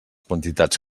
quantitats